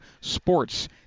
Sports